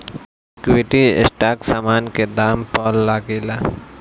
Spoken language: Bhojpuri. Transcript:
इक्विटी स्टाक समान के दाम पअ लागेला